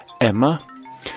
Emma